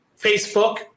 Facebook